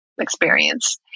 experience